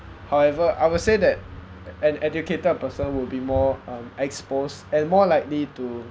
however I will say that an educated person will be more um exposed and more likely to